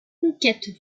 conquête